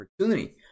opportunity